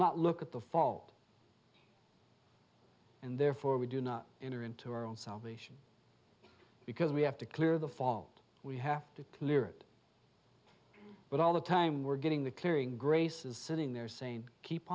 not look at the fault and therefore we do not enter into our own salvation because we have to clear the fault we have to clear it but all the time we're getting the clearing grace is sitting there saying keep